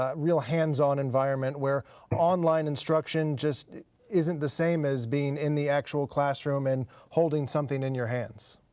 ah real hands on environment where online instruction just isn't the same as being in the actual classroom and holding something in your hands?